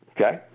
Okay